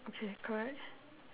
okay correct